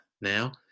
now